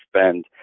spend